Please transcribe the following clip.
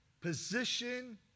position